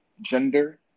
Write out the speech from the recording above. gender